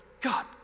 God